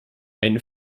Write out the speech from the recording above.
einen